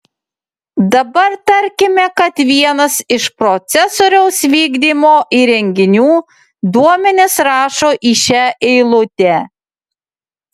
dabar tarkime kad vienas iš procesoriaus vykdymo įrenginių duomenis rašo į šią eilutę